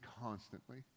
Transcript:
constantly